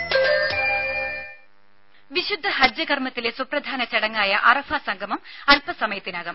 രേര വിശുദ്ധ ഹജ്ജ് കർമത്തിലെ സുപ്രധാന ചടങ്ങായ അറഫാ സംഗമം അൽപ്പസമയത്തിനകം